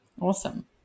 Awesome